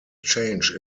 change